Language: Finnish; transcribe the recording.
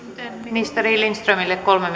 ministeri lindströmille kolme